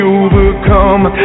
overcome